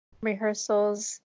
rehearsals